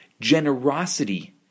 generosity